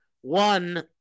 one